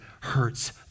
hurts